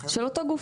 של אותו גוף.